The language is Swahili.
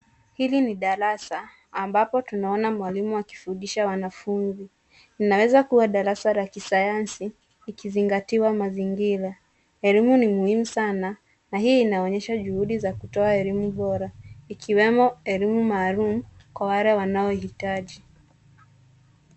Hili ni darasa ambapo tunaona mwalimu akifundisha wanafunzi. Inaweza kuwa darasa la kisayansi liki zingitiwa mazingira. Elimu ni muhimu sana na hii inaonyesha juhudi ya kutoa elimu bora ikiwemo elimu maalum kwa wale wanaohitaji.